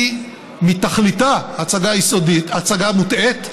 היא מתכליתה הצעה מוטעית,